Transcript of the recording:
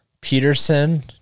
Peterson